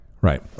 right